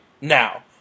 now